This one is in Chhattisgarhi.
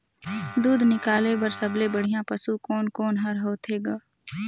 दूध निकाले बर सबले बढ़िया पशु कोन कोन हर होथे ग?